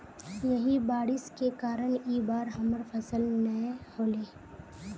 यही बारिश के कारण इ बार हमर फसल नय होले?